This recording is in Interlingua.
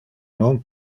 non